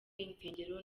insengero